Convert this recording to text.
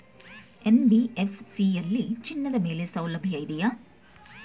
NBFC ಯಲ್ಲಿ ಚಿನ್ನದ ಮೇಲೆ ಸಾಲಸೌಲಭ್ಯ ಇದೆಯಾ?